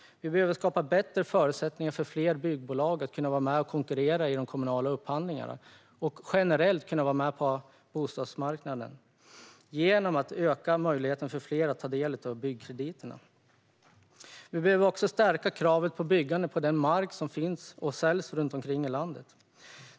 Vi behöver skapa bättre förutsättningar för fler byggbolag att vara med och konkurrera i de kommunala upphandlingarna och att generellt vara med på bostadsmarknaden genom att öka möjligheten för fler att ta del av byggkrediterna. Vi behöver också stärka kravet på byggande på den mark som finns och säljs runt om i landet.